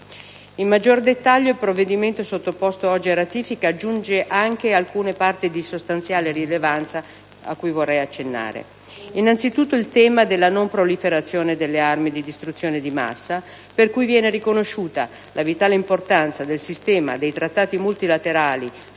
In maggiore dettaglio, il provvedimento sottoposto oggi a ratifica aggiunge alcune parti di sostanziale rilevanza: anzitutto, il tema della non proliferazione delle armi di distruzione di massa, per cui viene riconosciuta la vitale importanza del sistema dei Trattati multilaterali sul